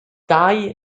dau